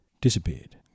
disappeared